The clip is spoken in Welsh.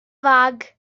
fag